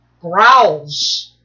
growls